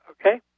okay